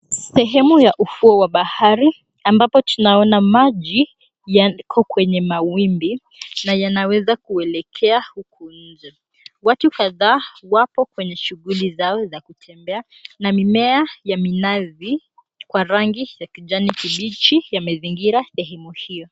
Sehemu ya ufuo wa bahari ambapo tunaona maji yaliko kwenye mawimbi na yanaweza kuelekea huku nje. Watu kadhaa wapo kwenye shughuli zao za kutembea na mimea ya minazi kwa rangi ya kijani kibichi yamezingira sehemu hiyo.